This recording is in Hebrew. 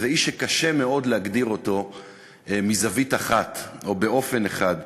זה איש שקשה מאוד להגדיר אותו מזווית אחת או באופן אחד,